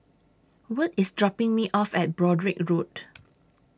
Wirt IS dropping Me off At Broadrick Road